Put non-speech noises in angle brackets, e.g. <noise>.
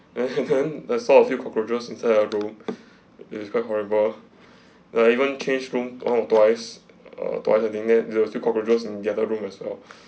then there I saw a few cockroaches inside our room it's quite horrible then I even changed room on twice err twice I think then there are still cockroaches in the other room as well <breath>